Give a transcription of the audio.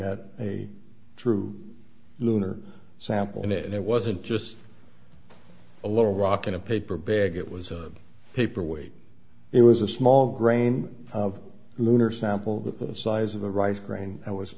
had a true lunar sample and it wasn't just a little rock in a paper bag it was a paper weight it was a small grain of lunar sample the size of a rice grain i was